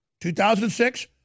2006